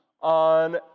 on